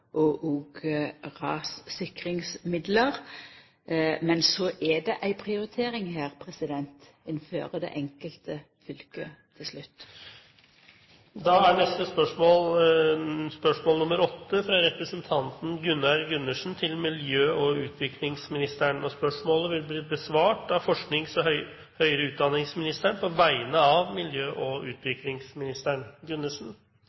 og òg rassikringsmidlar. Men så er det til slutt ei prioritering innanfor det enkelte fylket. Dette spørsmålet, fra representanten Gunnar Gundersen til miljø- og utviklingsministeren, vil bli besvart av forsknings- og høyere utdanningsministeren på vegne av miljø- og